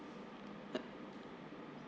uh